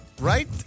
Right